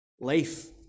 Life